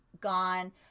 gone